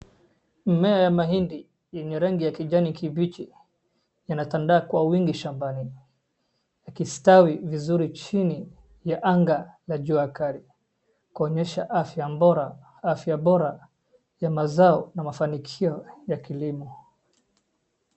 Mimea ya mahindi yenye rangi ya kijani kibichi yanatandaa kwa wingi shambani, ikistawi vizuri chini ya anga la jua kali, kuonyesha afya bora ya mazao na mafanikio ya kilimo.